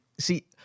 See